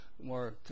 more